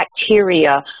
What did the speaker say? bacteria